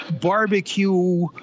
barbecue